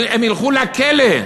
הם ילכו לכלא,